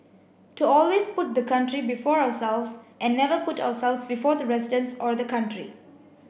to always put the country before ourselves and never put ourselves before the residents or the country